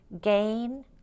gain